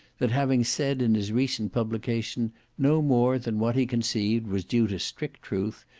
that, having said in his recent publication no more than what he conceived was due to strict truth,